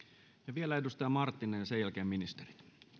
vielä edustaja marttinen ja sen jälkeen ministerit